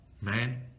Man